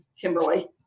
Kimberly